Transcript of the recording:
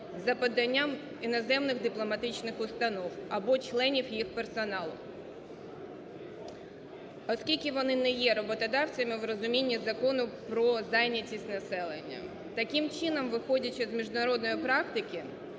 за поданням іноземних дипломатичних установ або членів їх персоналу, оскільки вони не є роботодавцями в розумінні Закону про зайнятість населення. Таким чином, виходячи з міжнародної практики